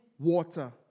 water